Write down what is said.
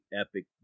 epic